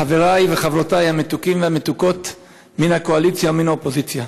חברי וחברותי המתוקים והמתוקות מן הקואליציה ומן האופוזיציה,